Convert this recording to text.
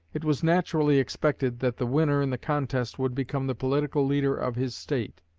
it was naturally expected that the winner in the contest would become the political leader of his state.